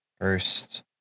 First